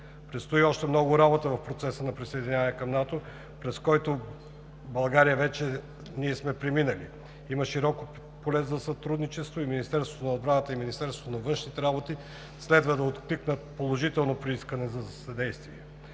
Предстои още много работа в процеса на присъединяване към НАТО, през който в България вече сме преминали. Има широко поле за сътрудничество и Министерството на отбраната и Министерството на външните работи следва да откликнат положително при искане за съдействие.